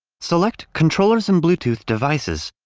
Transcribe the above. select controllers and bluetooth devices,